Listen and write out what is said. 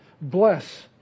Bless